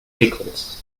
pickles